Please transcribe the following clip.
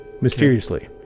Mysteriously